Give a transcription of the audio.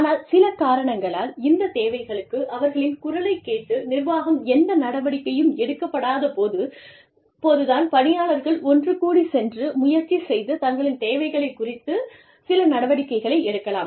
ஆனால் சில காரணங்களால் இந்த தேவைகளுக்கு அவர்களின் குரலைக் கேட்டு நிர்வாகம் எந்த நடவடிக்கையும் எடுக்கப்படாத போது தான் பணியாளர்கள் ஒன்று கூடிச் சென்று முயற்சி செய்து தங்களின் தேவைகளை குறித்து சில நடவடிக்கைகளை எடுக்கலாம்